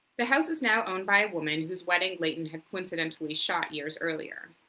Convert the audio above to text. the house is now owned by a woman whose wedding layton coips dentally shot years earlier.